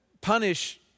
punish